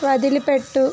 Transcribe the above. వదిలిపెట్టు